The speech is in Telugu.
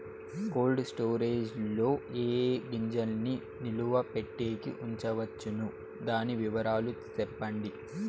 కోల్డ్ స్టోరేజ్ లో ఏ ఏ గింజల్ని నిలువ పెట్టేకి ఉంచవచ్చును? దాని వివరాలు సెప్పండి?